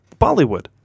Bollywood